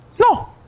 no